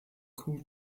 cool